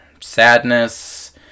sadness